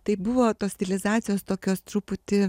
tai buvo tos stilizacijos tokios truputį